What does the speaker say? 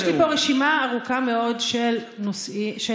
יש לי פה רשימה ארוכה מאוד של מקרים,